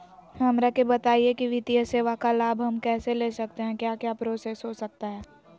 हमरा के बताइए की वित्तीय सेवा का लाभ हम कैसे ले सकते हैं क्या क्या प्रोसेस हो सकता है?